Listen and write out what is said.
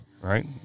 right